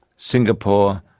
singapore,